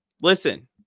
Listen